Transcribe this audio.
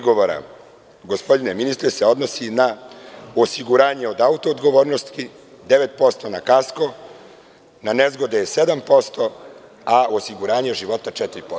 Gospodine ministre, 62% prigovora se odnosi na osiguranje od autoodgovornosti, 9% na kasko, na nezgode je 7%, a osiguranje života 4%